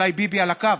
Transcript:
אולי ביבי על הקו.